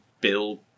build